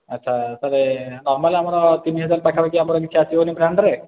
ଆଚ୍ଛା ତା'ହେଲେ ନର୍ମାଲି ଆମର ତିନି ହଜାର ପାଖାପାଖି ଆମର କିଛି ଆସିବନି ବ୍ରାଣ୍ଡ୍ରେ